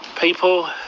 People